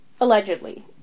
Allegedly